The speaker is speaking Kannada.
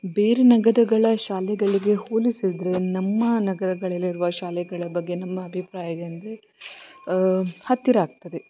ಬೇರೆ ನಗರಗಳ ಶಾಲೆಗಳಿಗೆ ಹೋಲಿಸಿದರೆ ನಮ್ಮ ನಗರಗಳಲ್ಲಿರುವ ಶಾಲೆಗಳ ಬಗ್ಗೆ ನಮ್ಮ ಅಭಿಪ್ರಾಯ ಎಂದರೆ ಹತ್ತಿರ ಆಗ್ತದೆ